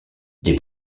des